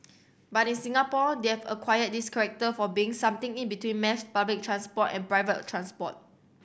but in Singapore they've acquired this character for being something in between mass public transport and private transport